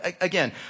Again